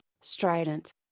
strident